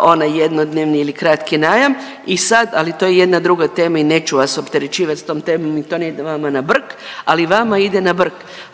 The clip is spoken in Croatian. onaj jednodnevni ili kratki najam i sad, ali to je jedna druga tema i neću vas opterećivati s tom temom i to ne ide vama na brk, ali vama ide na brk,